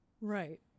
Right